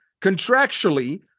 contractually